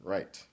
Right